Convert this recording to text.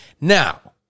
Now